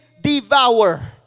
devour